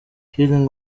healing